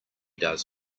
does